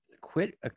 Quit